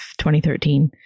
2013